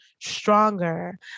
stronger